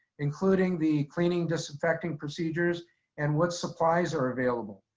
including the cleaning disinfecting procedures and what supplies are available.